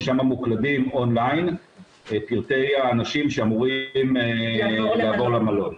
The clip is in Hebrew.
ששם מוקלדים און ליין פרטי האנשים שאמורים לעבור למלון.